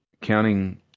counting